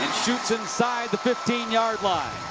shoots inside the fifteen yard line.